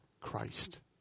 Christ